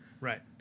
Right